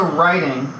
writing